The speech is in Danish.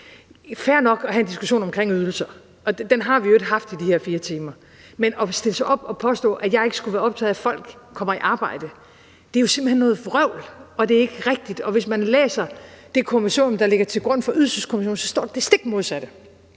fair nok at have en diskussion omkring ydelser, og den har vi i øvrigt haft i de her 4 timer, men at stille sig op og påstå, at jeg ikke skulle være optaget af, at folk kommer i arbejde, er jo simpelt hen noget vrøvl, og det er ikke rigtigt. Hvis man læser det kommissorium, der ligger til grund for Ydelseskommissionen, så står der det stik modsatte.